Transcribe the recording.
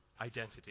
identity